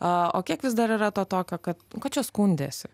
o kiek vis dar yra to tokio kad ko čia skundiesi